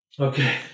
Okay